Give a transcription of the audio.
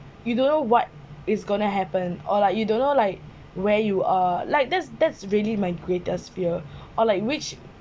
you don't know what is gonna happen or like you don't know like where you are like that's that's really my greatest fear or like which